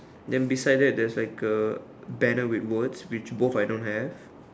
then beside that there's like a banner with words which both I don't have